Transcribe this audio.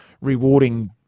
rewarding